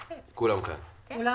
עולים.